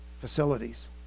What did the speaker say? facilities